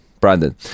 Brandon